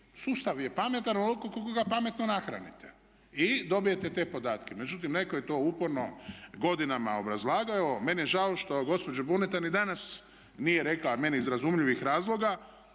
sustav je pametan onoliko koliko ga pametno nahranite i dobijete te podatke. Međutim netko je to uporno godinama obrazlagao. Evo, meni je žao što gospođa Buneta ni danas nije rekla, a meni iz razumljivih razloga,